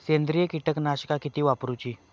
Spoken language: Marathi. सेंद्रिय कीटकनाशका किती वापरूची?